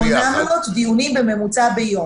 800 דיונים בממוצע ביום.